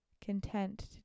content